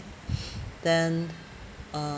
then uh